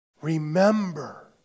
Remember